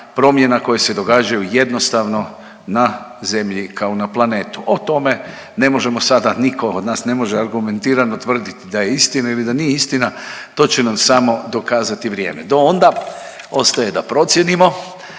promjena koje se događaju jednostavno na zemlji kao na planetu. O tome ne možemo sada, niko od nas ne može argumentirano tvrdit da je istina ili da nije istina, to će nam samo dokazati vrijeme, do onda ostaje da procijenimo.